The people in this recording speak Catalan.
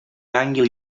gànguil